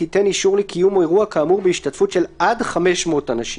תיתן אישור לקיום אירוע כאמור בהשתתפות של עד 500 אנשים,